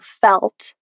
felt